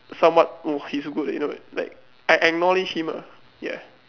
somewhat oh he's good you know like I I acknowledge him ah ya